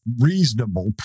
reasonable